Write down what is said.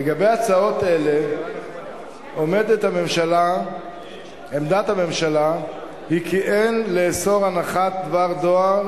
לגבי ההצעות האלה עמדת הממשלה היא כי אין לאסור הנחת דבר דואר